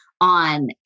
on